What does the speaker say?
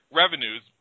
revenues